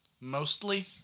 mostly